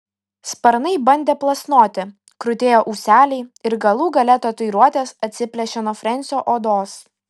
sparnai bandė plasnoti krutėjo ūseliai ir galų gale tatuiruotės atsiplėšė nuo frensio odos